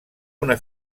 una